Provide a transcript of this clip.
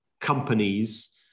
companies